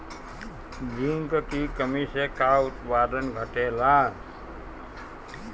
Zinc की कमी से का उत्पादन घटेला?